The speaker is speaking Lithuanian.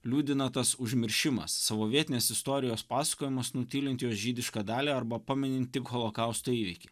liūdina tas užmiršimas savo vietinės istorijos pasakojimas nutylint jos žydišką dalį arba paminint tik holokausto įvykį